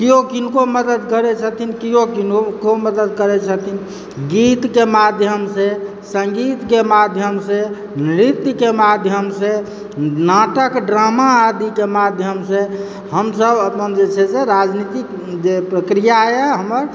केओ किनको मदद करै छथिन केओ किनको मदद करैत छथिन गीतके माध्यमसे संगीतके माध्यमसे नृत्यके माध्यमसे नाटक ड्रामा आदिके माध्यमसे हमसभ अपन जे छै से राजनीतिक जे प्रक्रिया यऽ हमर